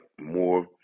more